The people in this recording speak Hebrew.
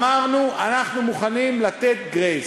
אמרנו, אנחנו מוכנים לתת "גרייס".